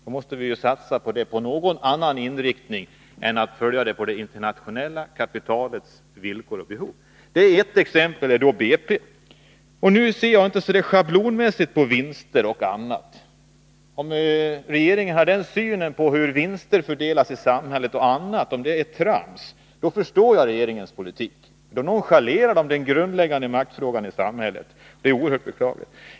Då måste vi ha någon annan inriktning och inte följa det internationella kapitalets villkor och behov. Ett exempel är BP. Jag ser inte så schablonmässigt på vinster och annat. Om regeringen har denna syn på hur vinster fördelas i samhället, om det är trams, då förstår jag regeringens politik. Då nonchalerar regeringen den grundläggande maktfrågan i samhället. Det är oerhört beklagligt.